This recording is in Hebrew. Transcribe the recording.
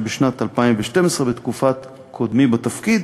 בשנת 2012, בתקופת קודמי בתפקיד,